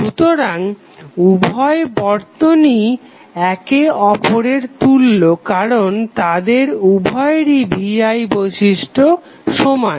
সুতরাং উভয় বর্তনীই একে অপরের তুল্য কারণ তাদের উভয়েরই VI বৈশিষ্ট্য সমান